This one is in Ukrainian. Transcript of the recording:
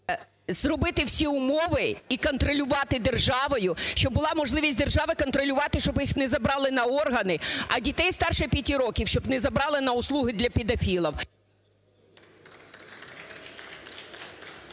…зробити всі умови і контролювати державою, щоб була можливість держави контролювати. Щоб їх не забрали на органи. А дітей старше п'яти років щоб не забрали на услуги для педофілів.